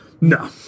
no